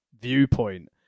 viewpoint